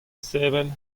sevel